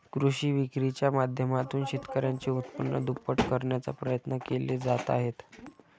कृषी विक्रीच्या माध्यमातून शेतकऱ्यांचे उत्पन्न दुप्पट करण्याचा प्रयत्न केले जात आहेत